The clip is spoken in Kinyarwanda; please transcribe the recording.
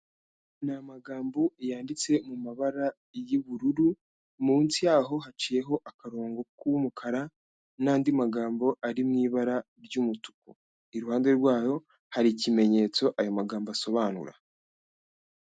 Ni amagambo yanditse mu mabara y'ubururu, munsi yaho haciyeho akarongo k'umukara n'andi magambo ari mu ibara ry'umutuku. Iruhande rwayo hari ikimenyetso ayo magambo asobanura.